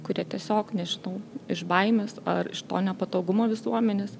kurie tiesiog nežinau iš baimės ar iš to nepatogumo visuomenės